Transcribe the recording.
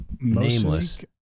nameless